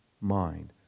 mind